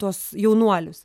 tuos jaunuolius